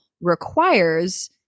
requires